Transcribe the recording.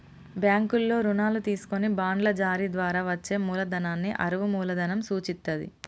బ్యాంకుల్లో రుణాలు తీసుకొని బాండ్ల జారీ ద్వారా వచ్చే మూలధనాన్ని అరువు మూలధనం సూచిత్తది